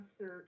search